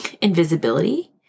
invisibility